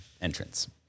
entrance